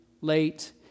late